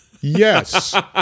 yes